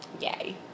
Yay